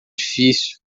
difícil